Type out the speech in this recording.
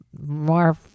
more